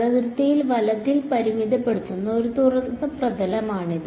ഈ അതിർത്തി വലത്താൽ പരിമിതപ്പെടുത്തിയിരിക്കുന്ന ഒരു തുറന്ന പ്രതലമാണിത്